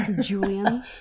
julian